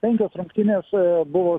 penkios rungtynės buvo